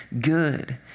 good